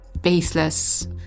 baseless